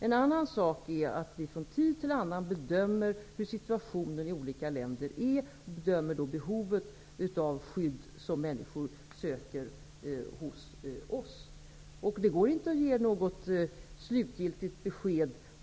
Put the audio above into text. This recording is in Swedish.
En annan sak är att vi från tid till annan bedömer hur situationen i olika länder är. Vi bedömer behovet av skydd, när människor söker skydd hos oss. Det går inte att ge något slutgiltigt besked.